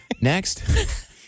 Next